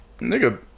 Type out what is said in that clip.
Nigga